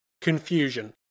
Confusion